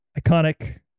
iconic